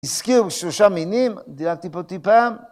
הזכירו שלושה מינים, דילגתי פה טיפה.